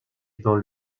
dans